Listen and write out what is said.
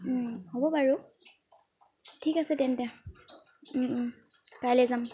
হ'ব বাৰু ঠিক আছে তেন্তে কাইলৈ যাম